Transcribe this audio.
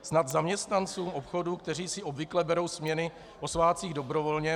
Snad zaměstnancům obchodu, kteří si obvykle berou směny o svátcích dobrovolně